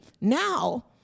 now